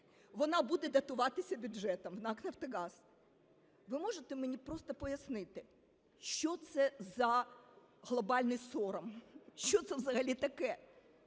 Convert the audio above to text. вона буде дотуватися бюджетом в НАК "Нафтогаз". Ви можете мені просто пояснити, що це за глобальний сором? Що це взагалі таке?